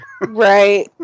right